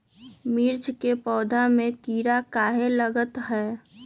मिर्च के पौधा में किरा कहे लगतहै?